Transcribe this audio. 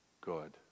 good